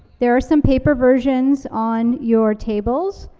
there are some paper versions on your tables,